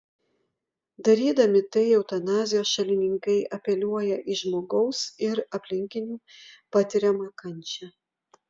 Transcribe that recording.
darydami tai eutanazijos šalininkai apeliuoja į žmogaus ir aplinkinių patiriamą kančią